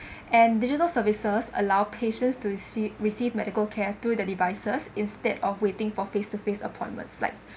and digital services allow patients to re~ received medical care to the devices instead of waiting for face to face appointments like